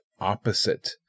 opposite